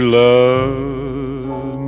love